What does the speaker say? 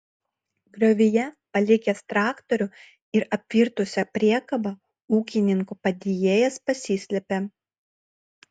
griovyje palikęs traktorių ir apvirtusią priekabą ūkininko padėjėjas pasislėpė